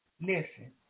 Listen